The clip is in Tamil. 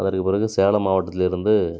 அதற்கு பிறகு சேலம் மாவட்டத்திலிருந்து